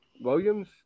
Williams